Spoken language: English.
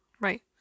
right